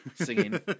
singing